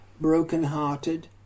broken-hearted